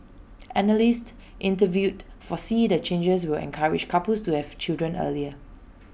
analysts interviewed foresee the changes will encourage couples to have children earlier